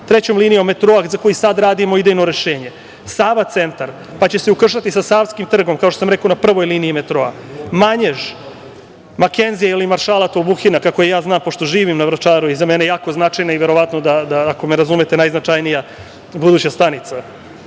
trećom linijom metroa, za koju sada radimo idejno rešenje, Sava centar, pa će se ukrštati sa Savskim trgom, kao što sam rekao, na prvoj liniji metroa, Manjež, Makenzijeva ili Maršala Tolbuhina, kako je ja znam, pošto živim na Vračaru i za mene je jako značajna i, ako me razumete, najznačajnija buduća stanica,